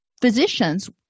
physicians